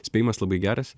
spėjimas labai geras